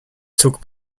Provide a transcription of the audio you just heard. took